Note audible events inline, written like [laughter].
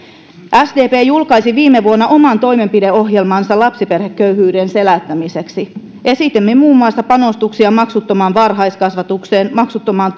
sdp julkaisi viime vuonna oman toimenpideohjelmansa lapsiperheköyhyyden selättämiseksi esitimme muun muassa panostuksia maksuttomaan varhaiskasvatukseen maksuttomaan [unintelligible]